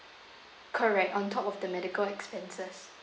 correct on top of the medical expenses